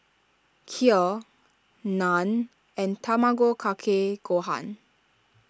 Kheer Naan and Tamago Kake Gohan